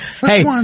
Hey